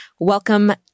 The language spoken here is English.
Welcome